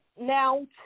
now